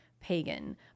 pagan